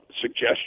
suggestion